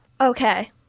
Okay